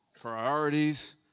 priorities